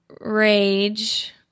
rage